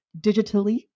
digitally